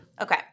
Okay